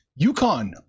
UConn